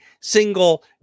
single